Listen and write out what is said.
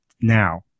now